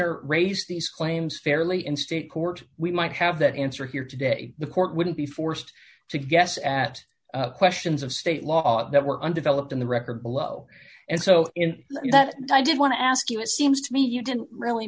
er raised these claims fairly in state court we might have that answer here today the court wouldn't be forced to guess at questions of state law that were undeveloped in the record below and so if that did want to ask you it seems to me you didn't really